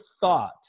thought